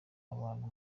abantu